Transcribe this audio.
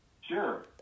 Sure